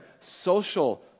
social